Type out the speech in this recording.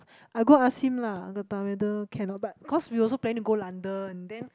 I go ask him lah got time whether can or not but cause we also planning to go London then